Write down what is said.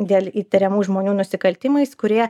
dėl įtariamų žmonių nusikaltimais kurie